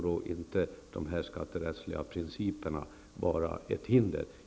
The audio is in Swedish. De skatterättsliga principerna får inte vara ett hinder.